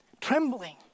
trembling